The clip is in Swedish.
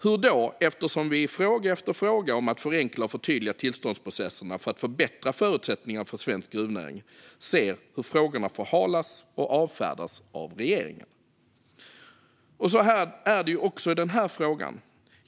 Hur då, när vi i fråga efter fråga om att förenkla och förtydliga tillståndsprocesserna för att förbättra förutsättningarna för svensk gruvnäring ser hur frågorna förhalas och avfärdas av regeringen? Så är det också i den här frågan.